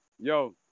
Yo